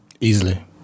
Easily